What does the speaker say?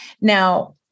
Now